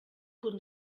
punt